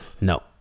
no